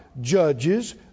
judges